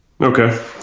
Okay